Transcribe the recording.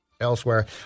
elsewhere